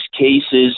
cases